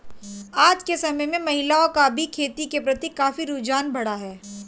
आज के समय में महिलाओं का भी खेती के प्रति काफी रुझान बढ़ा है